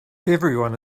everyone